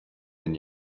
den